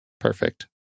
Perfect